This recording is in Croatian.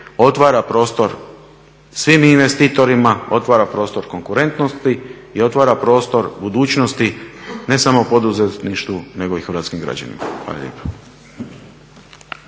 otvara prostor svim investitorima, otvara prostor konkurentnosti i otvara prostor budućnosti ne samo poduzetništvu nego i hrvatskim građanima. Hvala lijepa.